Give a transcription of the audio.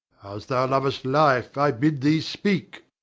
as thou lovest life, i bid thee speak.